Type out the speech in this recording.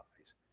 eyes